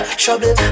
trouble